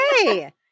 Hey